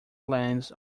lands